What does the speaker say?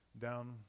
down